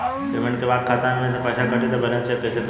Payment के बाद खाता मे से पैसा कटी त बैलेंस कैसे चेक करेम?